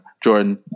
Jordan